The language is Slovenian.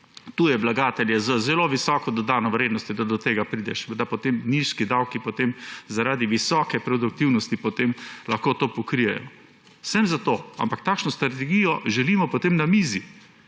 tuje vlagatelje z zelo visoko dodano vrednostjo, da do tega prideš, da lahko potem nizki davki zaradi visoke produktivnosti to pokrijejo. Sem za to, ampak takšno strategijo želimo potem na mizi,